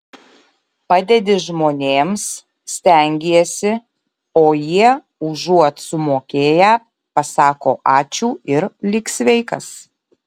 padedi žmonėms stengiesi o jie užuot sumokėję pasako ačiū ir lik sveikas